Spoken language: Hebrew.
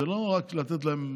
זה לא רק לתת להם,